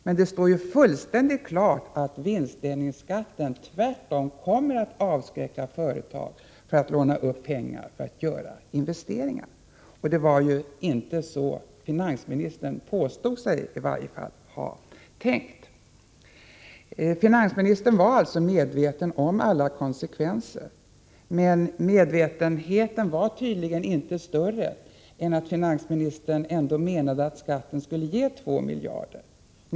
Men det står ju fullständigt klart att vinstdelningsskatten tvärtom kommer att avskräcka företagen från att låna upp pengar för att göra investeringar. Det var ju inte så finansministern i varje fall påstod sig ha tänkt. Finansministern var alltså medveten om alla konsekvenser, men medvetenheten var tydligen inte större än att finansministern ändå menade att skatten skulle ge 2 miljarder kronor.